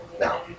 Now